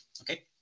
okay